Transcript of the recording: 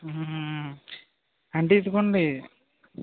అంటే ఇదుగోండి